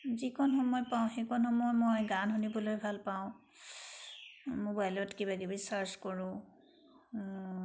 যিকণ সময় পাওঁ সেইকণ সময় মই গান শুনিবলৈ ভাল পাওঁ মোবাইলত কিবা কিবি চাৰ্ছ কৰোঁ